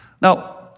Now